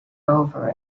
over